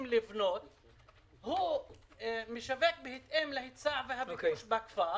לבנות משווקים בהתאם להיצע ולביקוש בכפר